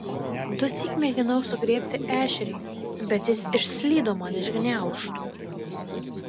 dusyk mėginau sugriebti ešerį bet jis išslydo man iš gniaužtų